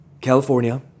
california